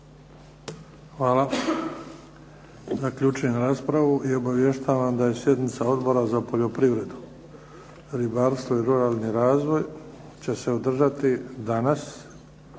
Hvala. Zaključujem raspravu. I obavještavam da je sjednica Odbora za poljoprivredu, ribarstvo i ruralni razvoj će se održati danas